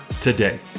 today